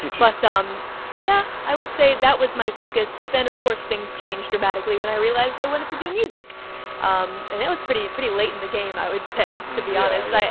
but um yeah, i would say that was my focus, but then of course, things changed dramatically when i realized i wanted to do music and it was pretty, pretty late in the game, i would say, to be honest,